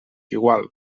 igual